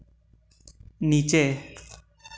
नीचे